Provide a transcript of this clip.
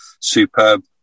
superb